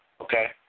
okay